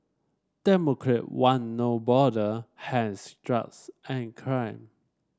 democrat want No Border hence drugs and crime